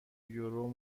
یورو